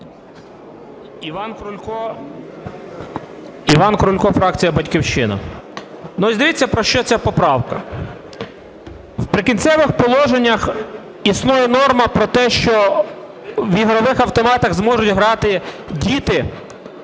Іван Крулько, фракція "Батьківщина". Ось дивіться про що ця поправка. В "Прикінцевих положеннях" існує норма про те, що в ігрових автоматах зможуть грати діти,